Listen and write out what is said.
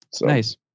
Nice